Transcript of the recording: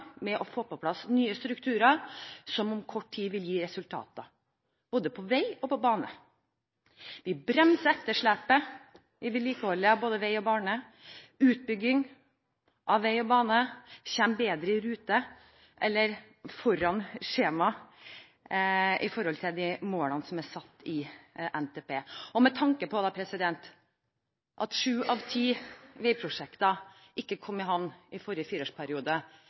med å få på plass nye strukturer som om kort tid vil gi resultater, både på vei og på bane. Vi bremser etterslepet i vedlikeholdet av både vei og bane, og utbygging av vei og bane kommer mer i rute, eller foran skjema, i forhold til de målene som er satt i NTP. Med tanke på at sju av ti veiprosjekter ikke kom i havn i forrige fireårsperiode,